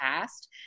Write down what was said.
past